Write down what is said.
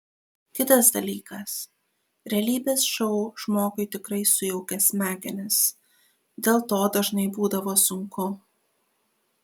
kitas dalykas realybės šou žmogui tikrai sujaukia smegenis dėl to dažnai būdavo sunku